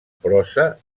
prosa